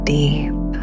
deep